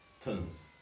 Tons